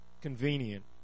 convenient